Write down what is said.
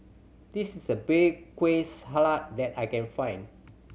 this is the bay kueh that I can find